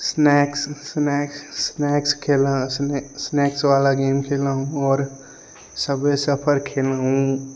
snacks snakes snakes खेला है इसमें स्नेक्स वाला गेम खेला हूँ और सबवे सफ़र खेला हूँ